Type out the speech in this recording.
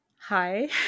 Hi